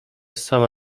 sama